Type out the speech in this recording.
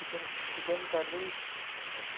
chicken chicken curry